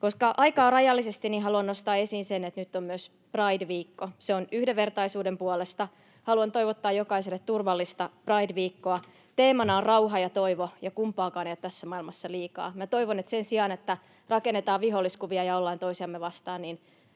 Koska aikaa on rajallisesti, haluan nostaa esiin sen, että nyt on myös Pride-viikko, ja se on yhdenvertaisuuden puolesta. Haluan toivottaa jokaiselle turvallista Pride-viikkoa. Teemana on rauha ja toivo, ja kumpaakaan ei ole tässä maailmassa liikaa. Toivon, että sen sijaan, että rakennetaan viholliskuvia ja ollaan toisiamme vastaan,